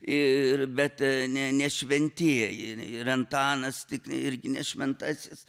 ir bet ne ne šventieji ir antanas tik irgi ne šventasis